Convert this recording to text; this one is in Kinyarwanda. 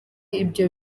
ibyo